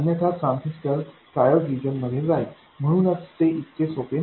अन्यथा transistor triode region मध्ये जाईन म्हणूनच ते इतके सोपे नाही